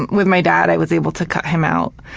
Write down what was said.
with my dad i was able to cut him out.